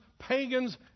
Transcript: pagans